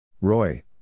Roy